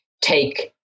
take